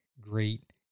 great